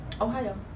Ohio